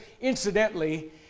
incidentally